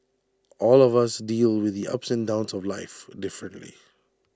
all of us deal with the ups and downs of life differently